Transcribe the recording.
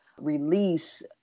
release